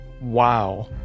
Wow